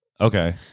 Okay